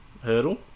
hurdle